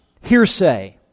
hearsay